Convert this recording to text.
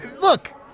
Look